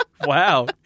Wow